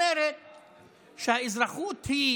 אומר שהאזרחות היא